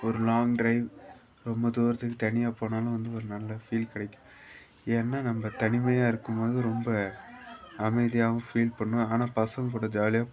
ஒரு long drive ரொம்ப தூரத்துக்கு தனியாக போனாலும் வந்து ஒரு நல்ல ஃபீல் கிடைக்கும் ஏன்னால் நம்ப தனிமையாக இருக்கும் போது ரொம்ப அமைதியாகவும் ஃபீல் பண்ணுவோம் ஆனால் பசங்கள் கூட ஜாலியாக